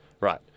Right